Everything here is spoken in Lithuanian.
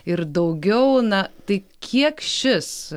ir daugiau na tai kiek šis